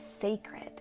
sacred